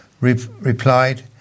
replied